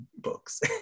books